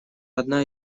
одна